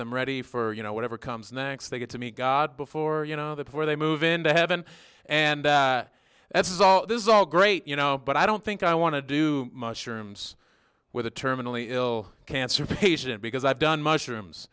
them ready for you know whatever comes next they get to meet god before you know that before they move into heaven and that's all this is all great you know but i don't think i want to do shrooms with a terminally ill cancer patient because i've done mushrooms